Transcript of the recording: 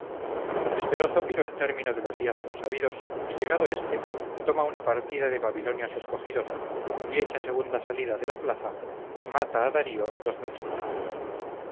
esperó zópiro el término de los días consabidos y llegado éste toma una partida de babilonios escogidos y hecha segunda salida de la plaza mita a darío dos mil soldados